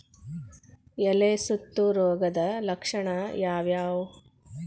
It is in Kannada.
ಎಲೆ ಸುತ್ತು ರೋಗದ ಲಕ್ಷಣ ಯಾವ್ಯಾವ್?